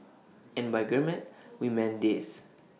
and by gourmet we mean this